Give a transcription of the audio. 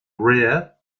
rare